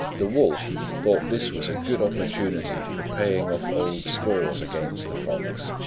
the wolf thought this was a good opportunity for paying off old scores against the fox,